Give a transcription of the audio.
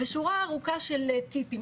ושורה ארוכה של טיפים,